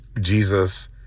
Jesus